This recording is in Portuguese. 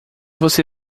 você